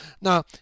Now